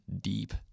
deep